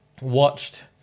watched